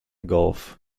gulf